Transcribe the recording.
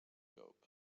llop